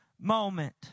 moment